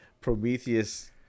Prometheus